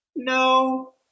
No